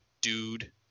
dude